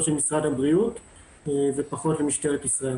של משרד הבריאות ופחות למשטרת ישראל.